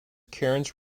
kearns